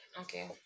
Okay